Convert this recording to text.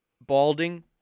Balding